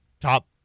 top